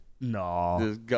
No